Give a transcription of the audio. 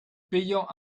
payons